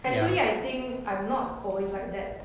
actually I think I'm not always like that